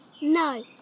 No